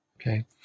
Okay